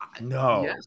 No